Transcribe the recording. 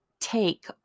take